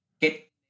get